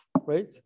right